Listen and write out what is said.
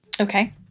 Okay